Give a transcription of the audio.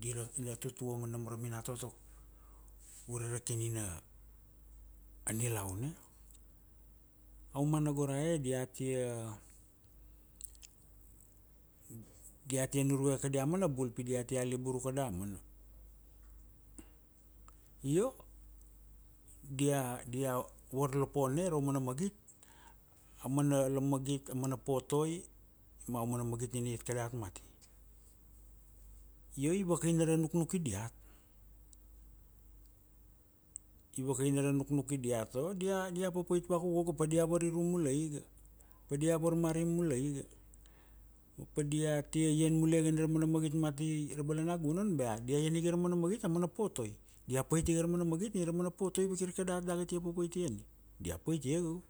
dira, tut vongo nam ra minatoto ure ra kini na, a nilaun e? Aumana go ra e dia tia, diatia `nurvue kadaia mana bul pi diatia, libur uka damana. Io, dia dai varlopone ra mana magit amana magit amana potoi, ma aumana magit nina iat kadat mati. Io i vakaina ra nuknuki diat, i vakaina ra nuknuki diat io dai dia papait vakuku`ka. Padia variru mulaiga. Padia varmari mulaiga. Ma pa diatia ian mulaika na ra mana magit mati ra balangunan bea dia ian ika ra mana magit a mana potoi. Dia pait ika ra mana magit ni na ra mana potoi vakir kadat dala tia pait ia ne, dia pait ia ka go..